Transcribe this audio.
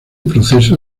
proceso